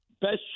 best